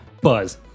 Buzz